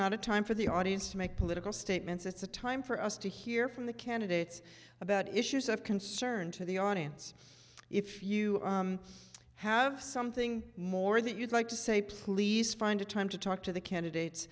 not a time for the audience to make political statements it's a time for us to hear from the candidates about issues of concern to the audience if you have something more that you'd like to say please find a time to talk to the candidates